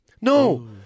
No